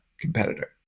competitor